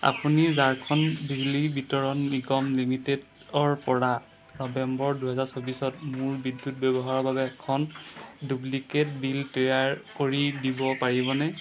আপুনি ঝাৰখণ্ড বিজুলী বিতৰণ নিগম লিমিটেডৰপৰা নৱেম্বৰ দুহেজাৰ চৌবিছত মোৰ বিদ্যুৎ ব্যৱহাৰৰ বাবে এখন ডুপ্লিকেট বিল তৈয়াৰ কৰি দিব পাৰিবনে